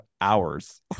hours